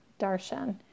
Darshan